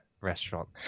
restaurant